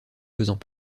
faisant